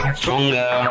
stronger